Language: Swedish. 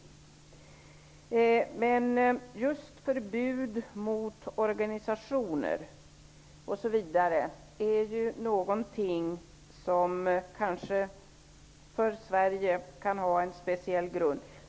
När det gäller just förbud mot organisationer osv. är det en fråga där Sverige har en speciell grund.